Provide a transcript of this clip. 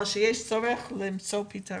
אין מחלוקת על כך שיש צורך למצוא פתרון